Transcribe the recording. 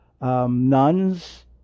nuns